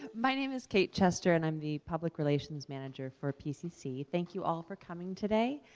my name is kate chester and i'm the public relations manager for pcc. thank you all for coming today,